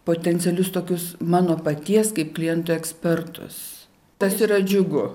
potencialius tokius mano paties kaip klientui ekspertus tas yra džiugu